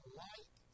light